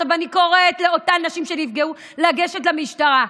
אני קוראת לאותן נשים שנפגעו לגשת למשטרה.